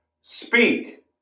Speak